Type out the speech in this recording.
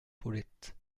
paulette